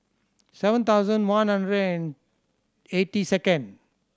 seven thousand one hundred and eighty second